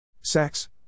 Sex